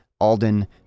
Alden